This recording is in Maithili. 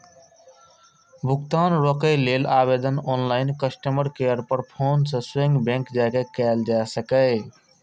भुगतान रोकै लेल आवेदन ऑनलाइन, कस्टमर केयर पर फोन सं स्वयं बैंक जाके कैल जा सकैए